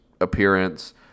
appearance